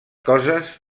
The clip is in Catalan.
coses